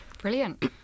Brilliant